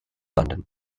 london